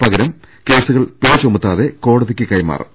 പകരം കേസുകൾ പിഴ ചുമത്താതെ കോടതിക്ക് കൈമാറും